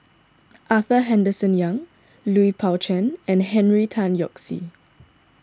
Arthur Henderson Young Lui Pao Chuen and Henry Tan Yoke See